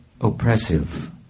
oppressive